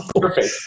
Perfect